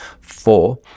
Four